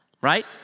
right